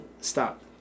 Stop